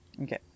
Okay